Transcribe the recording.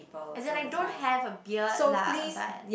as in I don't have a beard lah but